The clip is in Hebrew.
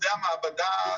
עובדי המעבדה,